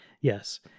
yes